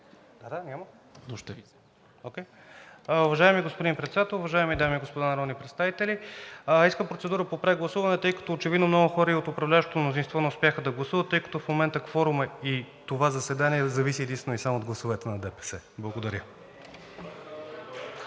Без аргументи по същество. Уважаеми господин Председател, уважаеми дами и господа народни представители! Искам процедура по прегласуване. Очевидно много хора и от управляващото мнозинство не успяха да гласуват, тъй като в момента кворумът и това заседание зависят единствено и само от гласовете на ДПС. Благодаря.